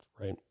right